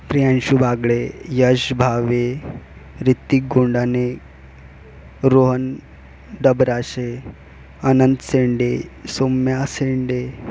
Priyanshu Wagle Yash Bhave Hrithik Gundane Rohan Dabrashe Anant Sende Saumya Sende